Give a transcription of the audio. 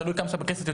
תלוי בגודל בית הכנסת,